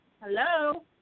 Hello